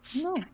No